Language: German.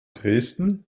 dresden